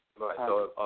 Right